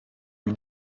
you